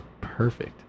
perfect